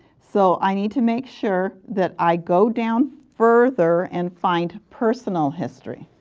so i need to make sure that i go down further and find personal history.